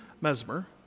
Mesmer